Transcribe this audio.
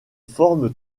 forme